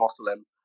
Muslim